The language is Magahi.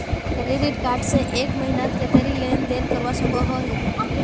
क्रेडिट कार्ड से एक महीनात कतेरी लेन देन करवा सकोहो ही?